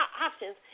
options